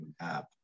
app